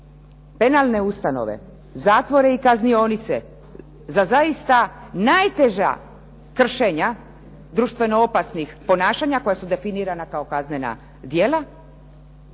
penalne ustanove, zatvore i kaznionice za zaista najteža kršenja društveno opasnih ponašanja koja su definirana kao kaznena djela